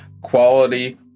quality